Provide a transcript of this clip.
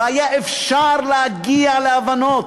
והיה אפשר להגיע להבנות.